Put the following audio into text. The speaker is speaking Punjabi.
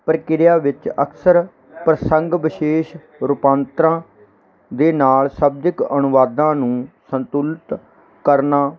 ਪ੍ਰਕਿਰਿਆ ਵਿੱਚ ਅਕਸਰ ਪ੍ਰਸੰਗ ਵਿਸ਼ੇਸ਼ ਰੂਪਾਂਤਰਾਂ ਦੇ ਨਾਲ ਸ਼ਾਬਦਿਕ ਅਨੁਵਾਦਾਂ ਨੂੰ ਸੰਤੁਲਿਤ ਕਰਨਾ